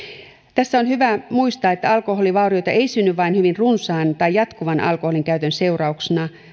tässä on hyvä muistaa että alkoholivaurioita ei synny vain hyvin runsaan tai jatkuvan alkoholinkäytön seurauksena